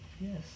Yes